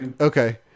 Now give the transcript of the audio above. okay